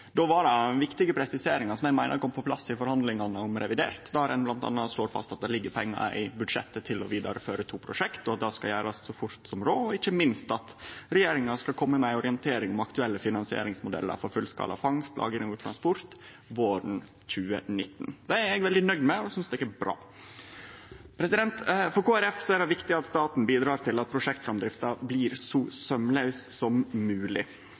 Då var det ei viktig presisering som kom på plass i forhandlingane om revidert, der ein bl.a. slår fast at det ligg pengar i budsjettet til å føre vidare to prosjekt – og det skal gjerast så fort som råd – og ikkje minst at regjeringa skal kome med ei orientering om aktuelle finansieringsmodellar for fullskala fangst, lagring og transport våren 2019. Det er eg veldig nøgd med og synest er bra. For Kristeleg Folkeparti er det viktig at staten bidrar til at prosjektframdrifta blir så saumlaus som